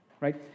Right